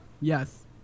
Yes